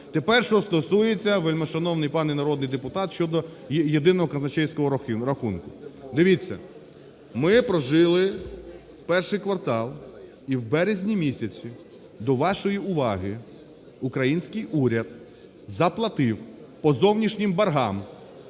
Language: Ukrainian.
Тепер що стосується, вельмишановний пане народний депутат, щодо єдиного казначейського рахунку. Дивіться, ми прожили перший квартал, і в березні місяці, до вашої уваги, український уряд заплатив по зовнішнім боргам